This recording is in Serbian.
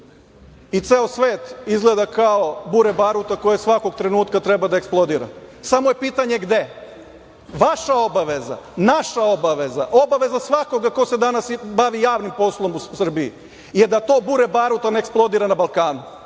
i ceo svet izgleda kao bure baruta koje svakog trenutka treba da eksplodira. Samo je pitanje - gde? Vaša je obaveza, naša obaveza, obaveza svakoga ko se danas bavi javnim poslom u Srbiji je da to bure baruta ne eksplodira na Balkanu,